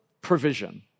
provision